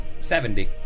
Seventy